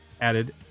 added